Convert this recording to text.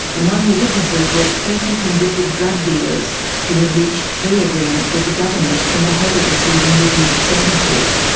among the witnesses were twenty convicted drug dealers who had reached plea agreements with the government in the hope of receiving reduced sentences.